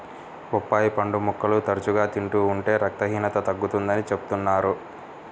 బొప్పాయి పండు ముక్కలు తరచుగా తింటూ ఉంటే రక్తహీనత తగ్గుతుందని చెబుతున్నారు